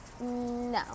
No